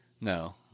No